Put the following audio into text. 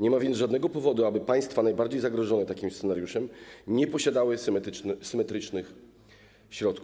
nie ma więc żadnego powodu, aby państwa najbardziej zagrożone takim scenariuszem nie posiadały symetrycznych środków.